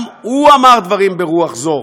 גם הוא אמר דברים ברוח זו.